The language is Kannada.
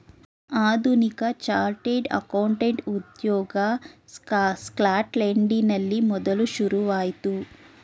ಆಧುನಿಕ ಚಾರ್ಟೆಡ್ ಅಕೌಂಟೆಂಟ್ ಉದ್ಯೋಗ ಸ್ಕಾಟ್ಲೆಂಡಿನಲ್ಲಿ ಮೊದಲು ಶುರುವಾಯಿತು